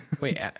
wait